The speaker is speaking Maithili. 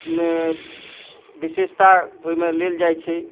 विशेषता ओहिमे लेल जाइत छै